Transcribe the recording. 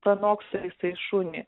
pranoksta jisai šunį